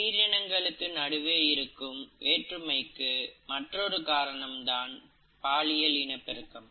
உயிரினங்களுக்கு நடுவே இருக்கும் வேற்றுமைக்கு மற்றொரு காரணம் தான் பாலியல் இனப்பெருக்கம்